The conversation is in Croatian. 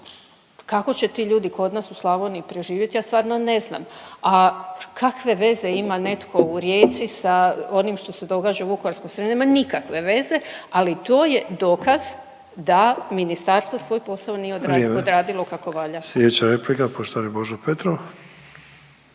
kako će ti ljudi kod nas u Slavoniji preživjeti ja stvarno ne znam. A kakve veze ima netko u Rijeci sa onim što se događa u Vukovarsko-srijemskoj, nema nikakve veze. Ali to je dokaz da ministarstvo svoj posao nije odradilo kako valja. **Sanader, Ante